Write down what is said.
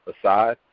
aside